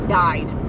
died